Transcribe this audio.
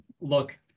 look